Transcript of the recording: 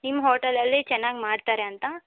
ನಿಮ್ಮ ಹೋಟೆಲಲ್ಲಿ ಚೆನ್ನಾಗಿ ಮಾಡ್ತಾರೆ ಅಂತ